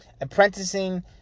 apprenticing